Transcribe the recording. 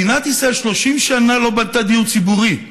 מדינת ישראל 30 שנה לא בנתה דיור ציבורי,